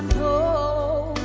whoa,